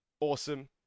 Awesome